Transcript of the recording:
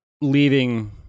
leaving